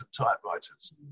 typewriters